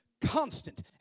Constant